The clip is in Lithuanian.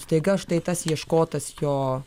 staiga štai tas ieškotas jo